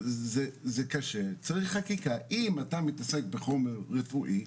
זה קשה, צריך חקיקה, אם אתה מתעסק בחומר רפואי,